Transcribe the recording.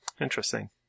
Interesting